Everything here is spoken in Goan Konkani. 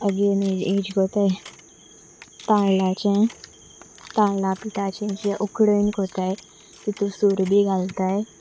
अगेन हाचें करतात तें तांदलाचें तांदलां पिठाचें जें उकडून करतात तातूंत सूर बी घालतात